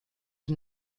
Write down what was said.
die